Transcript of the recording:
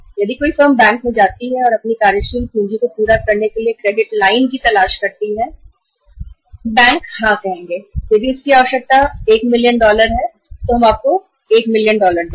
अगर कोई कार्यशील पूँजी की आवश्यकता को पूरा करने के लिए क्रेडिट के लिए बैंक जाता है और मान लीजिए आवश्यकता 1 मिलियन डॉलर की है तो बैंक कहता है कि हम आपको 1 मिलियन डॉलर देंगे